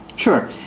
sure.